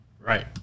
right